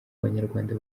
banyarwanda